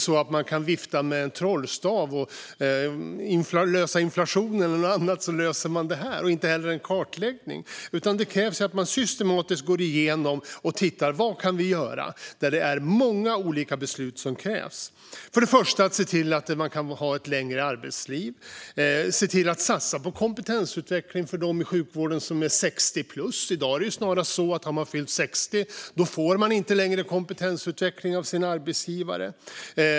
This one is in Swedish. Man kan inte vifta med en trollstav och lösa inflationen eller något annat, och så löser man inte heller detta. Man löser det inte heller genom en kartläggning. I stället krävs att man systematiskt går igenom och tittar på vad man kan göra, och det är många olika beslut som krävs. För det första måste vi se till att man kan ha ett längre arbetsliv och se till att satsa på kompetensutveckling för dem i sjukvården som är 60 plus. I dag är det snarare så att om man har fyllt 60 får man inte längre kompetensutveckling av sin arbetsgivare.